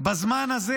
בזמן הזה